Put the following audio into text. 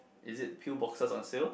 is it peal boxes on sale